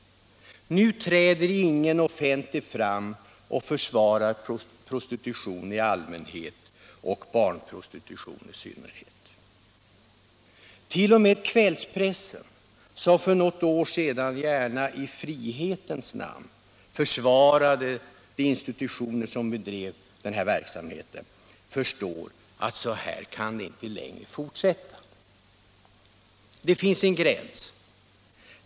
Nu träder ingen offentligt fram och försvarar prostitution i allmänhet och barnprostitution i synnerhet. T. o. m. kvällspressen, som för något år sedan gärna ”i frihetens namn” försvarade de institutioner som bedrev den här verksamheten, förstår att det inte längre kan fortsätta så här.